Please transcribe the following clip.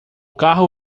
carro